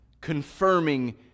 confirming